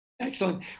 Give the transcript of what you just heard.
Excellent